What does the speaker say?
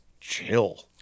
chill